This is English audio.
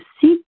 seek